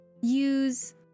use